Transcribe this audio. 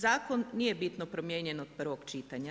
Zakon nije bitno promijenjen od prvog čitanja.